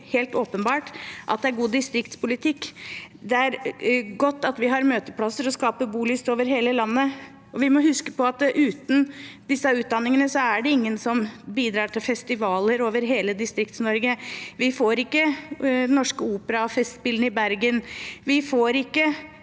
helt åpenbart at det er god distriktspolitikk, og det er godt at vi har møteplasser og skaper god lyst over hele landet. Vi må huske at uten disse utdanningene er det ingen som bidrar til festivaler over hele Distrikts-Norge. Vi får ikke Den Norske Opera og Festspillene i Bergen, og vi får ikke